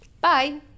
Bye